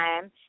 time